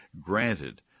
Granted